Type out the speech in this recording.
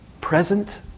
present